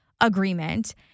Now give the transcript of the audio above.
agreement